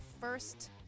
first